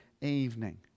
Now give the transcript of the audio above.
evening